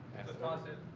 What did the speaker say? toss it?